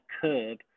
curb